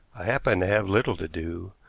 i happened to have little to do,